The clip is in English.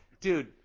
dude